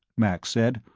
max said.